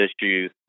issues